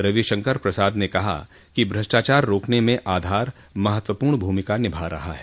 रविशंकर प्रसाद ने कहा कि भ्रष्टाचार रोकने में आधार महत्वपूर्ण भूमिका निभा रहा है